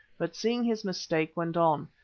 but seeing his mistake, went on,